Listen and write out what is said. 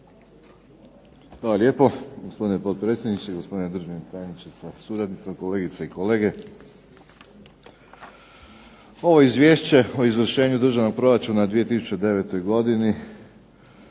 Hvala lijepo. Gospodine potpredsjedniče, gospodine državni tajniče sa suradnicom, kolegice i kolege. Ovo izvješće o izvršenju Državnog proračuna u 2009. godini